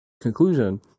conclusion